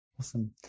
Awesome